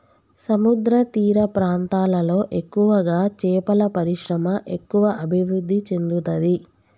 సముద్రతీర ప్రాంతాలలో ఎక్కువగా చేపల పరిశ్రమ ఎక్కువ అభివృద్ధి చెందుతది